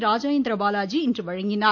ராஜேந்திரபாலாஜி இன்று வழங்கினார்